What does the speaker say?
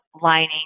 lining